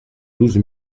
douze